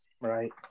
right